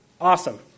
awesome